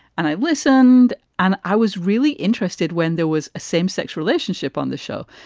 and i listened and i was really interested when there was a same sex relationship on the show.